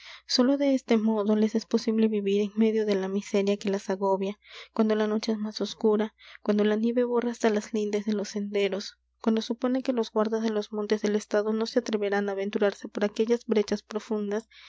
sólo de este modo les es posible vivir en medio de la miseria que las agobia cuando la noche es más oscura cuando la nieve borra hasta las lindes de los senderos cuando supone que los guardas de los montes del estado no se atreverán á aventurarse por aquellas brechas profundas